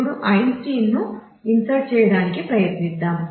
ఇప్పుడు ఐన్స్టీన్ చేయడానికి ప్రయత్నిద్దాం